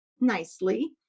nicely